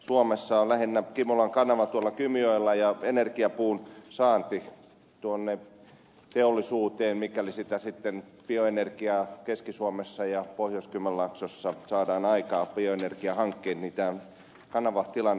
suomessa on kyseessä lähinnä kimolan kanava tuolla kymijoella ja energiapuun saanti teollisuuteen mikäli sitten bioenergiaa bioenergiahankkeita keski suomessa ja pohjois kymenlaaksossa saadaan aikaan tämä kanavatilanne ja sisävesiliikenne